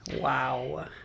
Wow